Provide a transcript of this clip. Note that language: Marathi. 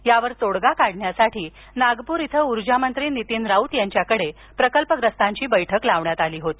यावर तोडगा काढण्यासाठी नागपूर इथे ऊर्जामंत्री नीतीन राऊत यांच्याकडे प्रकल्पग्रस्तांची बैठक लावण्यात आली होती